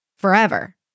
forever